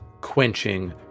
quenching